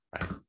right